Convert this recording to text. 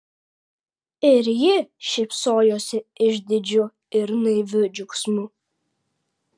ir ji šypsojosi išdidžiu ir naiviu džiaugsmu